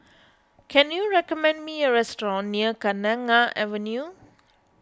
can you recommend me a restaurant near Kenanga Avenue